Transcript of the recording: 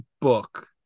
book